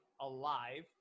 alive